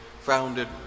founded